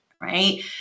right